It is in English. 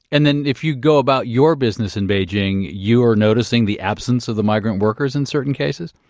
and then, if you go about your business in beijing, you are noticing the absence of the migrant workers in certain cases?